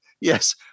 yes